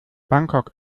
bangkok